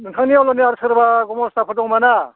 नोंथांनियाव आरो सोरबा गमस्थाफोर दंबाना